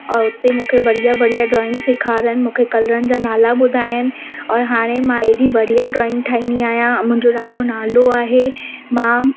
और उते मूंखे बढ़िया बढ़िया ड्रॉइंग सेखारनि मूंखे कलरनि जा नाला ॿुधाइनि और हाणे मां एॾी बढ़िया ड्रॉइंग ठाहींदी आहियां मुंहिंजो ॾाढो नालो आहे मां